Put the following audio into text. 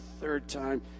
third-time